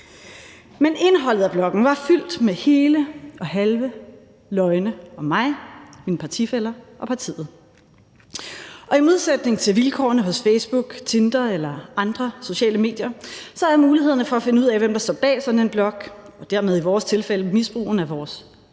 Men indholdet af bloggen var fyldt med hele og halve løgne om mig, mine partifæller og partiet. Og i modsætning til vilkårene hos Facebook, Tinder eller andre sociale medier, så er mulighederne for at finde ud af, hvem der står bag sådan en blog – og dermed i vores tilfælde misbruget af vores